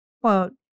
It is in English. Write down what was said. quote